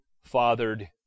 fathered